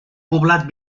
poblat